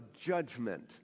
judgment